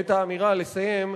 לסיים.